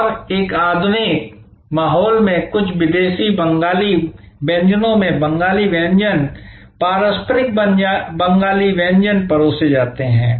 और एक आधुनिक माहौल में कुछ विदेशी बंगाली व्यंजनों में बंगाली व्यंजन पारंपरिक बंगाली व्यंजन परोसे जाते हैं